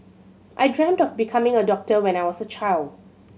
I dreamt of becoming a doctor when I was a child